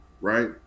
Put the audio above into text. right